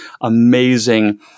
amazing